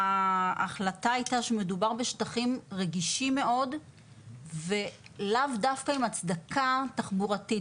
ההחלטה הייתה שמדובר בשטחים רגישים מאוד ולאו דווקא עם הצדקה תחבורתית.